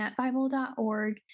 netbible.org